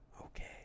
Okay